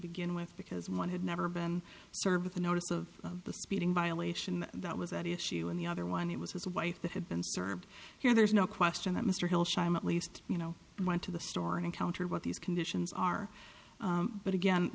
begin with because one had never been served with a notice of the speeding violation that was at issue and the other one it was his wife that had been served here there's no question that mr hillshire at least you know went to the store and encountered what these conditions are but again